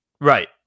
Right